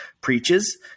preaches